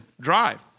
drive